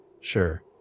sure